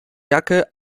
jacke